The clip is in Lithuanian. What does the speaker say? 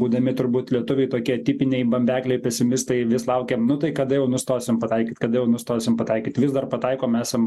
būdami turbūt lietuviai tokie tipiniai bambekliai pesimistai vis laukiam nu tai kada jau nustosim pataikyt kada jau nustosim pataikyt vis dar pataikom esam